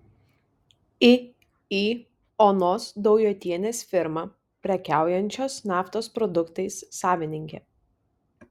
iį onos daujotienės firma prekiaujančios naftos produktais savininkė